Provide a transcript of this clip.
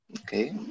Okay